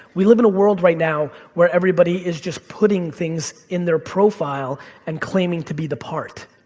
we live in a world right now where everybody is just putting things in their profile and claiming to be the part.